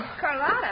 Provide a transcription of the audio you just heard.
Carlotta